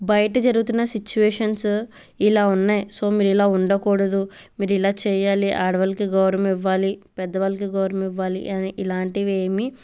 బయట జరుగుతున్న సిచువేషన్స్ ఇలా ఉన్నాయి సో మీరు ఇలా ఉండకూడదు మీరు ఇలా చేయాలి ఆడవాళ్ళకి గౌరవం ఇవ్వాలి పెద్దవాళ్ళకి గౌరవం ఇవ్వాలి అని ఇలాంటివి ఏమీ